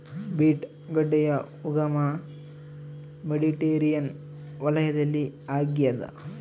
beet ಗಡ್ಡೆಯ ಉಗಮ Mediterranean ವಲಯದಲ್ಲಿ ಆಗ್ಯಾದ